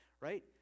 right